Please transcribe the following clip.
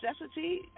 necessity